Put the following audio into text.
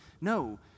no